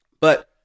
but-